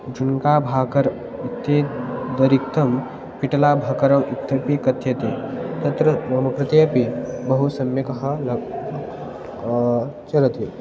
चुण्का भाकर् इत्यदिरिक्तं पिटला भकरौ इत्यपि कथ्यते तत्र मम कृते अपि बहु सम्यक् ल चलति